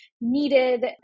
needed